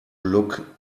look